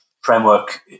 framework